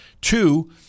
Two